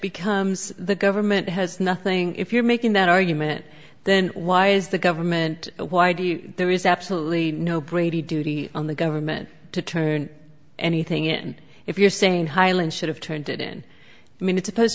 becomes the government has nothing if you're making that argument then why is the government why do you there is absolutely no brady duty on the government to turn anything and if you're saying highland should have turned it in i mean it's supposed